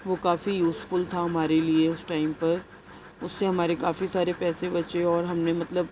وہ کافی یوزفل تھا ہمارے لئے اس ٹائم پر اس سے ہمارے کافی سارے پیسے پچے اور ہم نے مطلب